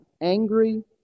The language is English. angry